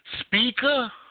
speaker